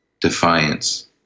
defiance